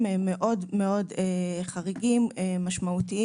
פחות חכמה ופחות מנוסה,